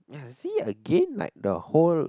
you see I give like the whole